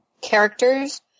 characters